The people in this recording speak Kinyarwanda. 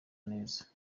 neza